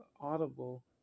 audible